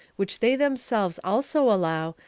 which they themselves also allow,